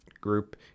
group